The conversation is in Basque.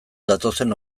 datozen